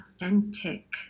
authentic